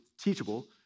teachable